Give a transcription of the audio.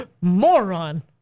Moron